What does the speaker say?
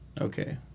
Okay